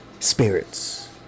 Spirits